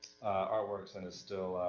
artworks and it's still,